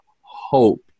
hope